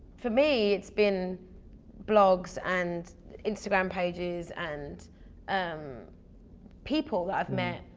for me, it's been blogs and instagram pages and um people that i've met.